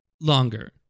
Longer